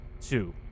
two